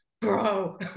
bro